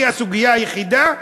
היא הסוגיה היחידה